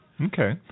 Okay